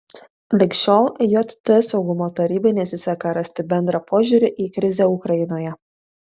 lig šiol jt saugumo tarybai nesiseka rasti bendrą požiūrį į krizę ukrainoje